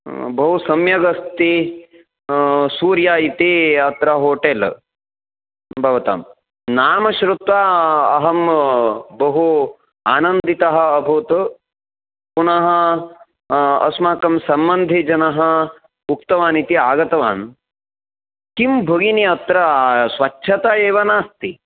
बहु सम्यगस्ति सूर्या इति अत्र होटेल् भवतां नाम श्रुत्वा अहं बहु आनन्दितः अभूत् पुनः अस्माकं सम्बन्धिजनः उक्तवान् इति आगतवान् किं भगिनी अत्र स्वच्छता एव नास्ति